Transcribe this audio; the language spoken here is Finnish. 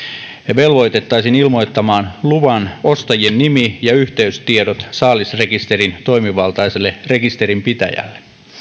velvoitettaisiin ilmoittamaan luvan ostajien nimi ja yhteystiedot saalisrekisterin toimivaltaiselle rekisterinpitäjälle